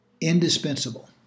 indispensable